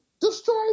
Destroy